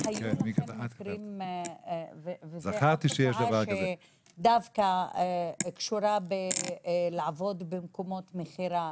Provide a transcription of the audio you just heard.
היו לכם מקרים וזו לא תופעה שדווקא קשורה בלעבוד במקומות מכירה,